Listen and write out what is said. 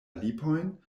lipojn